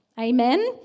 Amen